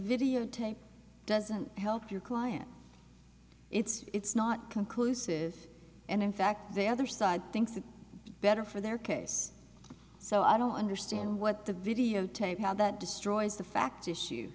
videotape doesn't help your client it's not conclusive and in fact the other side thinks it's better for their case so i don't understand what the videotape how that destroys the fact issue